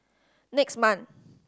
next month